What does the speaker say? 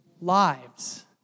lives